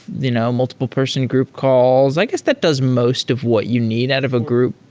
you know multiple person group calls. i guess that does most of what you need out of a group.